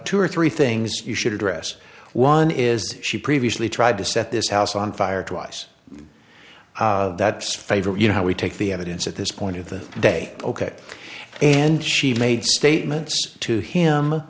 two or three things you should address one is she previously tried to set this house on fire twice that's favre you know we take the evidence at this point of the day ok and she made statements to him